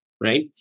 right